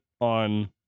on